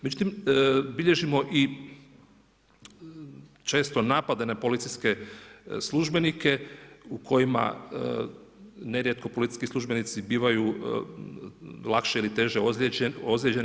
Međutim, bilježimo i često napade na policijske službenike u kojima nerijetko policijski službenici bivaju lakše ili teže ozlijeđeni.